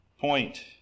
point